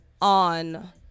on